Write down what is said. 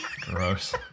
Gross